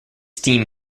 steam